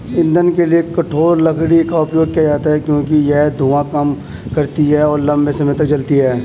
ईंधन के लिए कठोर लकड़ी का उपयोग किया जाता है क्योंकि यह धुआं कम करती है और लंबे समय तक जलती है